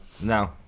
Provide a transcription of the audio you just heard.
No